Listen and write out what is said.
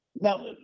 Now